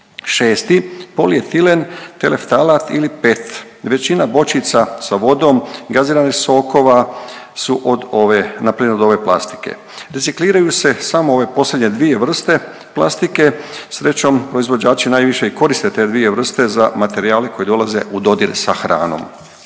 Šesti, polietilentereftalat ili PET, većina bočica sa vodom, gaziranih sokova su od ove npr. od ove plastike. Recikliraju se samo ove posljednje dvije vrste plastike, srećom, proizvođači i najviše koriste te dvije vrste za materijale koji dolaze u dodir sa hranom.